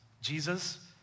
Jesus